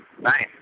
nice